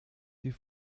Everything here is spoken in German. die